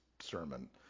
sermon